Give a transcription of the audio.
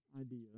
idea